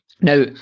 Now